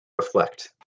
reflect